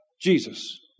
Jesus